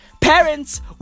Parents